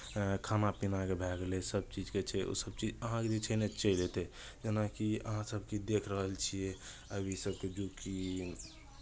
खाना पीनाके भए गेलै सभ चीजके छै ओसभ चीज अहाँके जे छै ने चलि अयतै जेनाकि अहाँसभ किछु देख रहल छियै आब इसभके युग कि